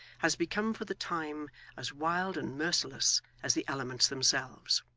has become for the time as wild and merciless as the elements themselves.